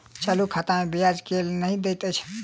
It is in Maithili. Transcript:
चालू खाता मे ब्याज केल नहि दैत अछि